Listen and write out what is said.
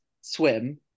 swim